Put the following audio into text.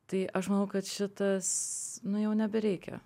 tai aš manau kad šitas nu jau nebereikia